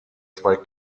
zwei